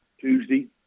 Tuesday